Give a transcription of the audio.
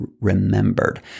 remembered